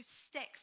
sticks